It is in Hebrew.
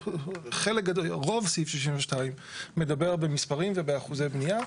רוב סעיף 62 מדבר במספרים ובאחוזי בנייה,